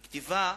בכתיבה.